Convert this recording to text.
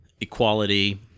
equality